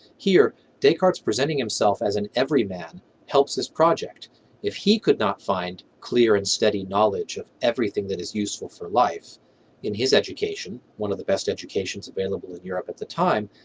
here descartes' presenting himself as an everyman helps his project if he could not find clear and steady knowledge of everything that is useful for life in his education, one of the best educations available in europe at the time,